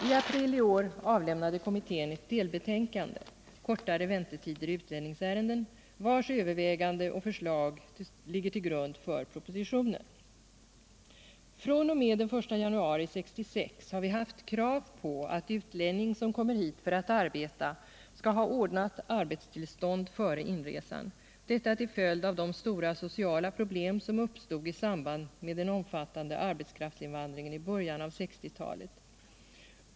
I april i år avlämnade kommittén ett delbetänkande, Kortare väntetider i utlänningsärenden, vars överväganden och förslag ligger till grund för propositionen. fr.o.m. den 1 januari 1966 har vi haft krav på att utlänning som kommer hit för att arbeta skall ha ordnat arbetstillstånd före inresan — detta till följd av de stora sociala problem som uppstod i samband med den omfattande arbetskraftsinvandringen i vårt land i början av 1960-talet.